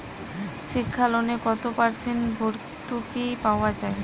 শিক্ষা লোনে কত পার্সেন্ট ভূর্তুকি পাওয়া য়ায়?